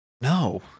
no